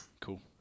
cool